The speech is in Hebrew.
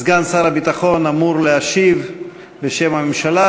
סגן שר הביטחון אמור להשיב בשם הממשלה.